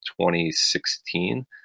2016